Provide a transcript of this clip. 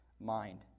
mind